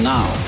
now